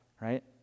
right